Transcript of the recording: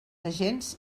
agents